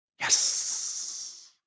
Yes